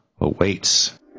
awaits